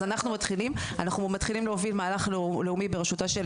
אז אנחנו מתחילים להוביל מהלך לאומי בראשותה של